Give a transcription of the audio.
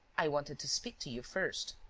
i wanted to speak to you first.